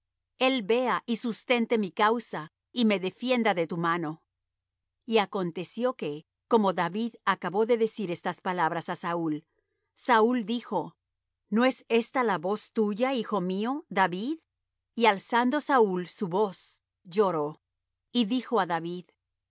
el vea y sustente mi causa y me defienda de tu mano y aconteció que como david acabó de decir estas palabras á saúl saúl dijo no es esta la voz tuya hijo mío david y alzando saúl su voz lloró y dijo á david